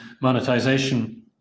monetization